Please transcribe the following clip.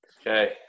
Okay